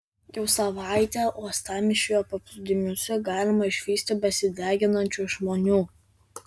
jau savaitę uostamiesčio paplūdimiuose galima išvysti besideginančių žmonių